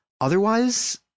otherwise